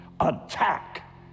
attack